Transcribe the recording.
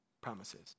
promises